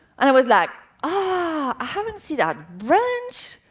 and i was like, ah, i haven't seen that branch?